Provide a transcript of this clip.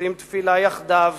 נושאים תפילה יחדיו